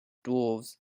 dwarves